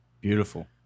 Beautiful